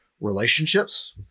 relationships